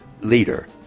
leader